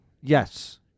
Yes